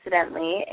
accidentally